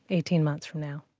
eighteen months from now